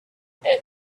this